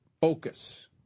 focus